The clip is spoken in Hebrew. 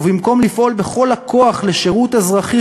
ובמקום לפעול בכל הכוח לשירות אזרחי